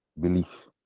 Belief